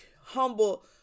humble